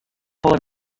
folle